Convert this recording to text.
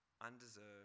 undeserved